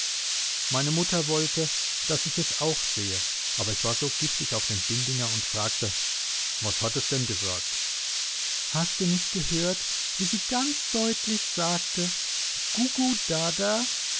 meine mutter wollte daß ich es auch sehe aber ich war so giftig auf den bindinger und fragte was hat es denn gesagt hast du nicht gehört wie sie ganz deutlich sagte